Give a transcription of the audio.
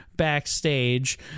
backstage